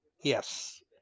Yes